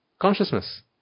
consciousness